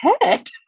head